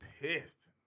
pissed